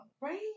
Right